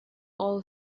all